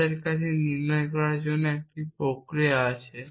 আমার কাছে নির্ণয় করার জন্য একটি প্রক্রিয়া আছে